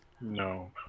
No